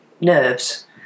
nerves